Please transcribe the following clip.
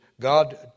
God